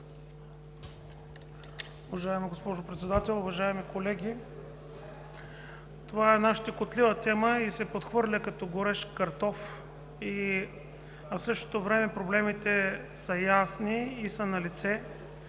Уважаема госпожо Председател, уважаеми колеги! Това е една щекотлива тема и се подхвърля като горещ картоф, а в същото време проблемите са ясни и са налице!